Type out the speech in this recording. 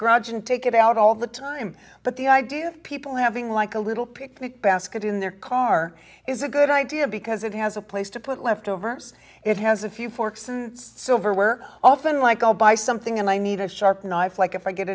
garage and take it out all the time but the idea of people having like a little picnic basket in their car is a good idea because it has a place to put leftovers it has a few forks and silverware often like go buy something and i need a sharp knife like if i get